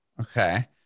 Okay